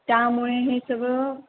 त्यामुळे हे सगळं